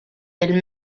del